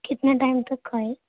کتنے ٹائم تک کھائے